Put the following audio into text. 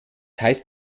heißt